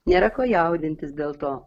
nėra ko jaudintis dėl to